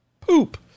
poop